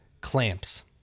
clamps